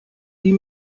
die